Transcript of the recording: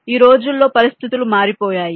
ఈ రోజుల్లో పరిస్థితులు మారిపోయాయి